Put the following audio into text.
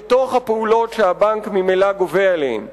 בתוך הפעולות שהבנק ממילא גובה עליהן.